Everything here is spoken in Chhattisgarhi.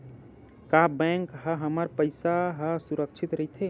का बैंक म हमर पईसा ह सुरक्षित राइथे?